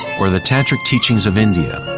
or the tantric teachings of india,